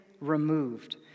removed